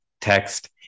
text